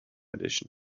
edition